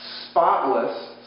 spotless